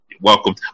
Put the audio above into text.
Welcome